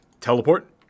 Teleport